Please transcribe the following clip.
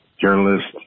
journalist